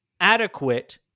adequate